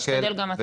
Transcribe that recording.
תשתדל גם אתה.